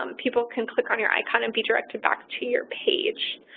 um people can click on your icon and be directed back to your page.